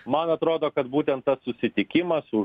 man atrodo kad būtent tas susitikimas už